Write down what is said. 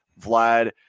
Vlad